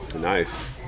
Nice